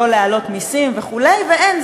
לא להעלות מסים וכו' ואין,